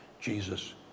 Jesus